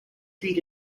feet